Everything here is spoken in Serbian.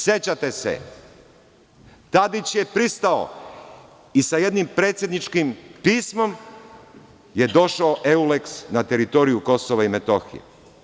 Sećate se, Tadić je pristao i sa jednim predsedničkim pismom je došao Euleks na teritoriju Kosova i Metohije.